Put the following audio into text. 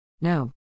no